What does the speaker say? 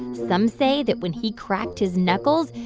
some say that when he cracked his knuckles,